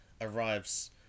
arrives